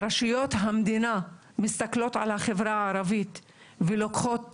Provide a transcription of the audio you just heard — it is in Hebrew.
רשויות המדינה מסתכלות על החברה הערבית ולוקחות